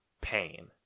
pain